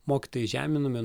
mokytojai žeminami